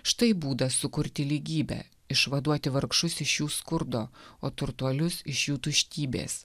štai būdas sukurti lygybę išvaduoti vargšus iš jų skurdo o turtuolius iš jų tuštybės